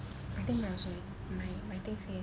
I think mine also eh my my thing say